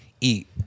eat